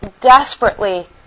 desperately